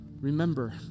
Remember